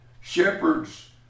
Shepherds